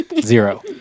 Zero